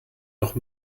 noch